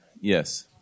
yes